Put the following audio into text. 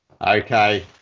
Okay